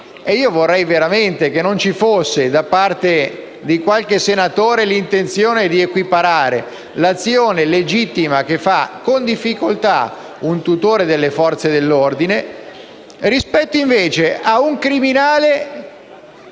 Io vorrei veramente che non ci fosse da parte di qualche senatore l'intenzione di equiparare l'azione legittima che svolge con difficoltà un tutore delle Forze dell'ordine rispetto invece a quella di un criminale